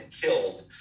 killed